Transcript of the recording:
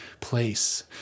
place